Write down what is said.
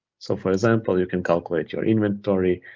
so for example, you can calculate your inventory,